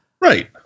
Right